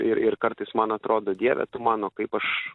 ir ir kartais man atrodo dieve tu mano kaip aš